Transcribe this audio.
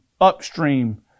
upstream